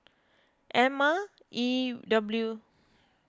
Ema E W